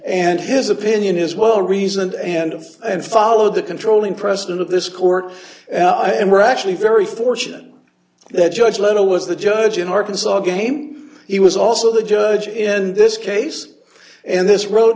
and his opinion is well reasoned and and followed the controlling president of this court and we're actually very fortunate that judge leno was the judge in arkansas game he was also the judge in this case and this road